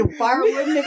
firewood